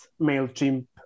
MailChimp